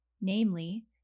namely